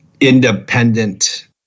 independent